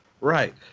Right